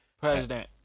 President